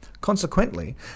Consequently